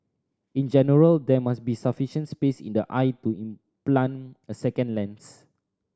in general there must be sufficient space in the eye to implant a second lens